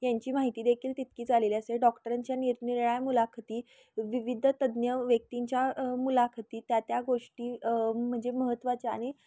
यांची माहिती देखील तितकी लिहिलेली असेल डॉक्टरांच्या निरनिराळ्या मुलाखती विविध तज्ञव्यक्तींच्या मुलाखती त्या त्या गोष्टी म्हणजे महत्त्वाच्या आणि